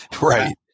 right